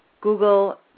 Google